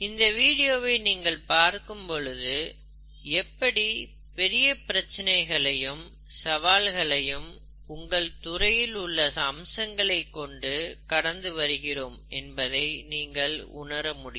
இந்த வீடியோவை நீங்கள் பார்க்கும் பொழுது எப்படி பெரிய பிரச்சனைகளையும் சவால்களையும் உங்கள் துறையில் உள்ள அம்சங்களை கொண்டு கடந்து வருகிறோம் என்பதை நீங்கள் உணர முடியும்